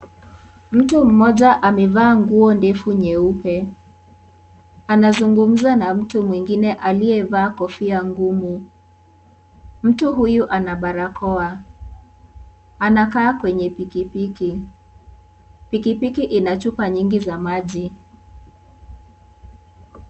Mtu mmoja amevaa nguo ndefu nyeupe. Anazungumza na mtu mwingine aliyevaa Kofia ngumu. Mtu huyu ana barakoa, anakaa Kwenye Pikipiki ina chupa mingi za maji .